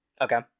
Okay